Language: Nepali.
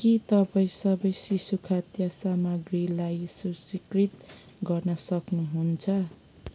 के तपाईँ सबै शिशुखाद्य सामग्रीलाई सूचीकृत गर्न सक्नुहुन्छ